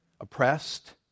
Oppressed